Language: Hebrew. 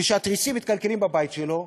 וכשהתריסים מתקלקלים בבית שלו,